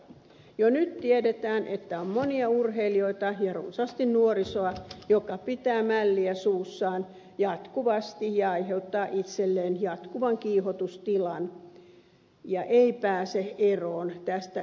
jo nyt tiedetään että on monia urheilijoita ja runsaasti nuorisoa joka pitää mälliä suussaan jatkuvasti ja aiheuttaa itselleen jatkuvan kiihotustilan ja ei pääse eroon tästä epäterveellisestä tuotteesta